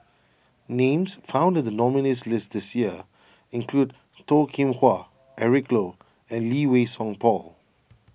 names found in the nominees' list this year include Toh Kim Hwa Eric Low and Lee Wei Song Paul